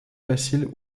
facile